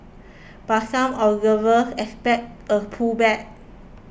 but some observers expect a pullback